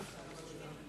מצביע